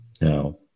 now